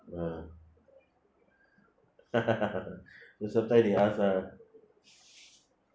uh because sometimes they ask ah